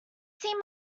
seen